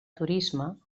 turisme